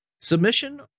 submission